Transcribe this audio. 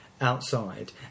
outside